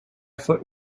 foot